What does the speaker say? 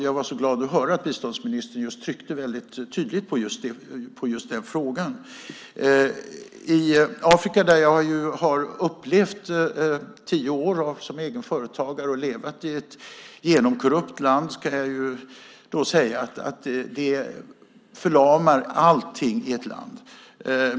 Jag blev glad åt att höra att biståndsministern tryckte tydligt på just den frågan. Jag har levt tio år som egen företagare i ett genomkorrupt land i Afrika. Jag kan säga att korruption förlamar allt i ett land.